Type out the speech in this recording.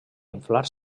inflar